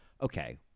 okay